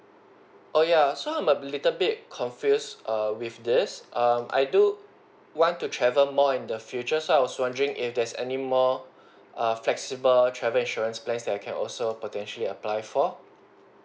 oo ya so I'm a little bit confused err with this um I do want to travel more in the future so I was wondering if there's any more err flexible travel insurance plans that I can also potentially apply for